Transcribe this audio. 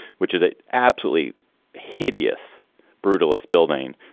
which is ah absolutely hideous brutalist building,